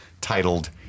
titled